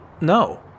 no